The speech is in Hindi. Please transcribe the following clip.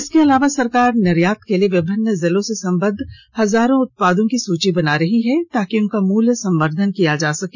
इसके अलावा सरकार निर्यात के लिए विभिन्न जिलों से संबद्ध हजारों उत्पादों की सूची बना रही है ताकि उनका मूल्य संवर्धन किया जा सके